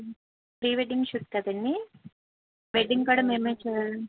pre wedding shoot కదండి wedding కూడా మేము చేయాలా